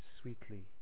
sweetly